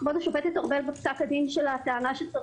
כבוד השופטת ארבל טענה בפסק הדין שלה שצריך